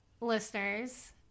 listeners